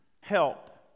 help